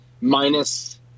minus